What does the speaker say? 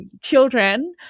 children